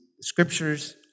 scriptures